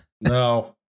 no